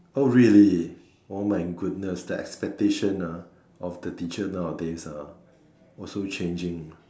oh really oh my goodness the expectation ah of the teacher nowadays ah also changing